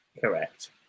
Correct